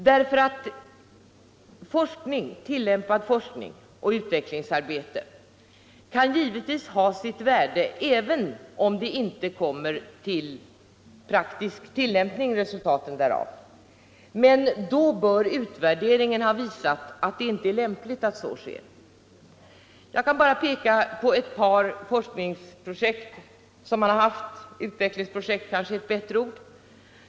Tillämpad forskning och tillämpat utvecklingsarbete kan givetvis ha sitt värde även om resultaten därav inte blir omsatta i praktiken. Men då bör utvärderingen ha visat att det inte är lämpligt att så sker. Jag kan bara peka på ett par forskningsprojekt — utvecklingsprojekt kanske är ett bättre ord — som man har haft.